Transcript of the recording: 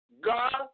God